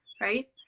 right